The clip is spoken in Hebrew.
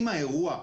אם האירוע,